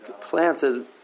planted